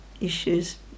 issues